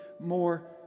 more